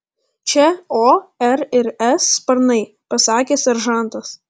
čia o r ir s sparnai pasakė seržantas